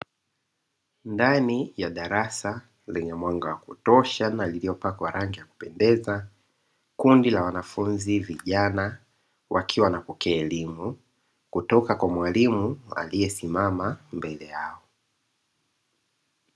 Ndani ya darasa lenye mwanga ya kutosha na lililopakwa rangi ya kupendeza kundi la wanafunzi vijana wakiwa wanapokea elimu kutoka kwa mwalimu aliyesimama mbele yao.